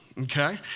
okay